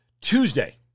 Tuesday